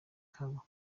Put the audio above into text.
kabo